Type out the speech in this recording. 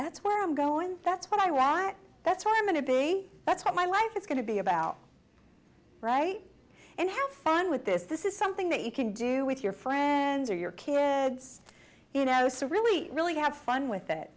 that's where i'm going that's what i write that's what i'm going to be that's what my life is going to be about right and have fun with this this is something that you can do with your friends or your kids you know so really really have fun with